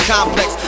Complex